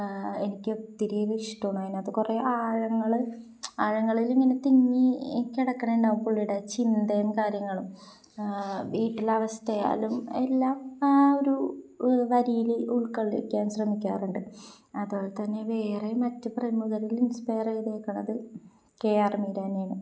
എനിക്ക് ഒത്തിരിയും ഇഷ്ടമാണ് അതിനകത്ത് കുറേ ആഴങ്ങള് ആഴങ്ങളിലിങ്ങനെ തിങ്ങി കിടക്കുന്നുണ്ടാവും പുള്ളിയുടെ ചിന്തയും കാര്യങ്ങളും വീട്ടിലെ അവസ്ഥയായാലും എല്ലാം ആ ഒരു വരിയില് ഉൾകൊള്ളിക്കാൻ ശ്രമിക്കാറുണ്ട് അതുപോലെ തന്നെ വേറെ മറ്റു പ്രമുഖരിൽ ഇൻസ്പയർ ചെയ്തിരിക്കുന്നത് കെ ആർ മീര തന്നെയാണ്